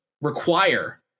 require